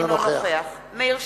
אינו נוכח מאיר שטרית,